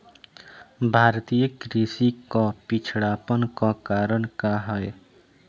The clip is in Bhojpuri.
भारतीय कृषि क पिछड़ापन क कारण का ह?